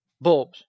bulbs